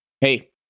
hey